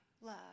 love